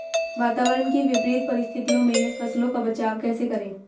वातावरण की विपरीत परिस्थितियों में फसलों का बचाव कैसे करें?